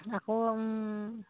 আকৌ